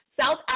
South